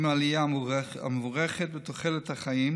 עם העלייה המבורכת בתוחלת החיים